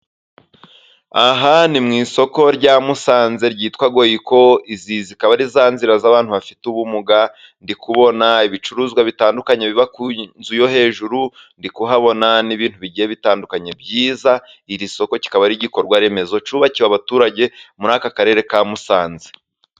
Aha ni mu isoko rya Musanze ryitwa goyiko, izi zikaba ari za nzira z'abantu bafite ubumuga, ndi kubona ibicuruzwa bitandukanye, biba ku nzu yo hejuru, ndi kuhabona n'ibintu bigiye bitandukanye byiza, iri soko rikaba ari igikorwa remezo cyubakiwe abaturage, muri aka karere ka Musanze.